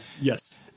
yes